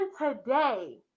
today